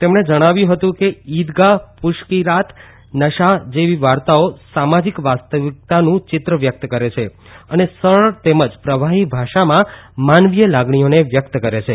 તેમણે જણાવ્યું હતું કે ઈદગાહ પુશ કી રાત નશા જેવી વાર્તાઓ સામાજીક વાસ્તવિકતાનું ચિત્ર વ્યકત કરે છે અને સરળ તેમજ પ્રવાહી ભાષામાં માનવીય લાગણીઓને વ્યકત કરે છે